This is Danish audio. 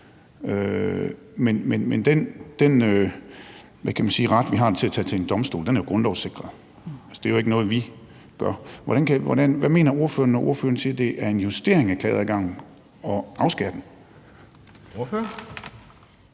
men den ret, vi har til at tage det til en domstol, er jo grundlovssikret. Altså, det er jo ikke noget, vi gør. Hvad mener ordføreren, når ordføreren siger, at det er en justering af klageadgangen at afskære den?